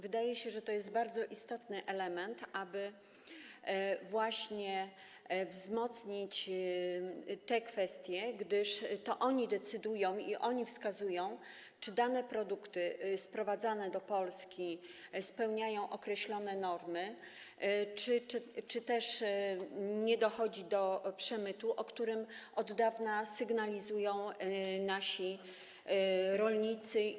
Wydaje się, że to jest bardzo istotny element, aby wzmocnić właśnie te kwestie, gdyż to oni decydują i oni wskazują, czy dane produkty sprowadzane do Polski spełniają określone normy, czy nie dochodzi do przemytu, co od dawna sygnalizują nasi rolnicy.